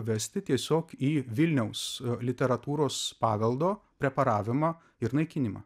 vesti tiesiog į vilniaus literatūros paveldo preparavimą ir naikinimą